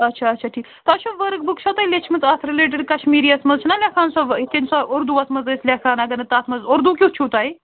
اَچھا اَچھا ٹھیٖک تۄہہِ چھُو ؤرٕک بُک چھَو تۄہہِ لیٖچھمٕژ اَتھ رِلیٹِڈ کشمیٖریس منٛز چھِ نا لٮ۪کھان یِتھٕ کٔنۍ سۅ اُردوس منٛز ٲسۍ لٮ۪کھان اَگر نہٕ تتھ منٛز اُردو کٮُ۪تھ چھُو تۄہہِ